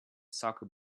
soccer